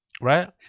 right